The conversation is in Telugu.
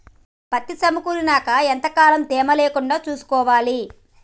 పత్తి సమకూరినాక ఎంత కాలం తేమ లేకుండా చూసుకోవాలి?